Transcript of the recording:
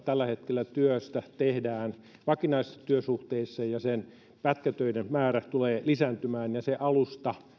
tällä hetkellä tehdään vakinaisissa työsuhteissa pätkätöiden määrä tulee lisääntymään ja se